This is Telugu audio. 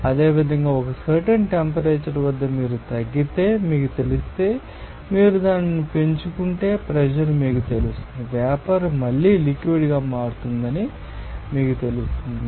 అదేవిధంగా ఒక సర్టెన్ టెంపరేచర్ వద్ద మీరు తగ్గితే మీకు తెలిస్తే మీరు దానిని పెంచుకుంటే ప్రెషర్ మీకు తెలుస్తుంది వేపర్ మళ్లీ లిక్విడ్గా మారుతుందని మీకు తెలుస్తుంది